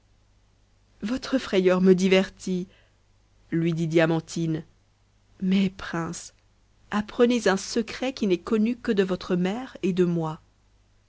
votre frayeur me divertit lui dit diamantine mais prince apprenez un secret qui n'est connu que de votre mère et de moi